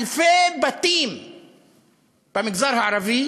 אלפי בתים במגזר הערבי